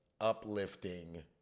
uplifting